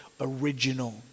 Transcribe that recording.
original